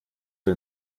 für